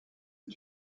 est